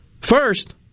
First